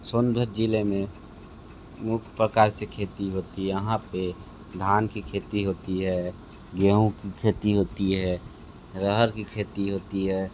सोनभद्र ज़िले में मुख्य प्रकार से खेती होती है यहाँ पर धान की खेती होती है गेहूं की खेती होती है अरहर की खेती होती है